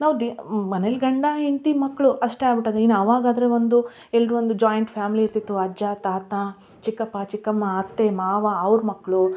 ನಾವು ದಿನ ಮನೇಲಿ ಗಂಡ ಹೆಂಡತಿ ಮಕ್ಕಳು ಅಷ್ಟೇ ಆಗ್ಬಿಟ್ಟಿದೆ ಇನ್ನೂ ಆವಾಗಾದ್ರೆ ಒಂದು ಎಲ್ಲರೂ ಒಂದು ಜಾಯಿಂಟ್ ಫ್ಯಾಮಿಲಿ ಇರ್ತಿತ್ತು ಅಜ್ಜ ತಾತ ಚಿಕ್ಕಪ್ಪ ಚಿಕ್ಕಮ್ಮ ಅತ್ತೆ ಮಾವ ಅವ್ರ ಮಕ್ಕಳು